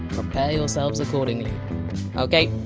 prepare yourselves accordingly ok,